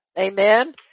Amen